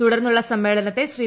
തുടർന്നുള്ള സമ്മേളനത്തെയും ശ്രീ